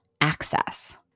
access